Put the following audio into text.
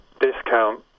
discount